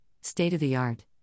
state-of-the-art